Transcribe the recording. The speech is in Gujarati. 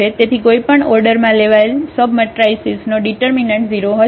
તેથી કોઈ પણ ઓર્ડરમાં લેવાયેલ સબમટ્રાઇસીસનો ડિટર્મિનન્ટ 0 હશે